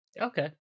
Okay